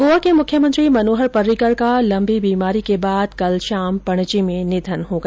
गोवा के मुख्यमंत्री मनोहर पर्रिकर का लंबी बीमारी के बाद कल शाम पणजी में निधन हो गया